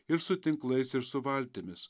ir su tinklais ir su valtimis